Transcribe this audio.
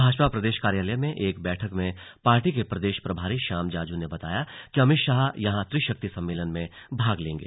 भाजपा प्रदेश कार्यालय में एक बैठक में पार्टी के प्रदेश प्रभारी श्याम जाजू ने बताया कि अमित शाह यहां त्रिशक्ति सम्मलेन में भाग लेंगे